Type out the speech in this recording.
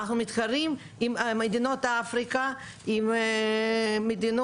אנחנו מתחרים עם מדינות אפריקה, עם מדינות,